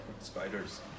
Spiders